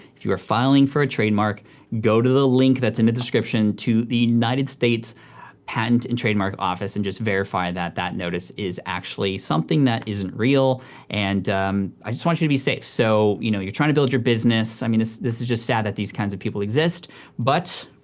if you're filing for a trademark go to the link that's in the description to the united states patent and trademark office and just verify that that notice is actually something that is real and i just want you to be safe. so you know you're trying to build your business, i mean this this is just sad that these kinds of people exist but,